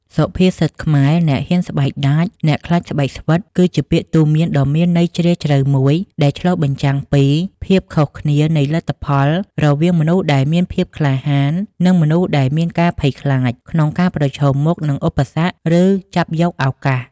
សុភាសិតខ្មែរ អ្នកហ៊ានស្បែកដាច អ្នកខ្លាចស្បែកស្វិត គឺជាពាក្យទូន្មានដ៏មានន័យជ្រាលជ្រៅមួយ ដែលឆ្លុះបញ្ចាំងពី ភាពខុសគ្នានៃលទ្ធផល រវាងមនុស្សដែលមាន ភាពក្លាហាន និងមនុស្សដែល មានការភ័យខ្លាច ក្នុងការប្រឈមមុខនឹងឧបសគ្គ ឬចាប់យកឱកាស។